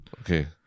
Okay